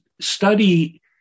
study